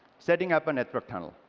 setting up a network tunnel.